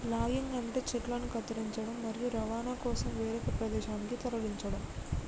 logging అంటే చెట్లను కత్తిరించడం, మరియు రవాణా కోసం వేరొక ప్రదేశానికి తరలించడం